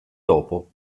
dopo